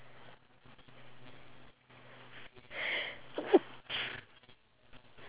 no as in like you can put a bit of sugar but not too much